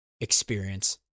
experience